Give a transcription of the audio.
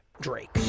Drake